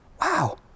Wow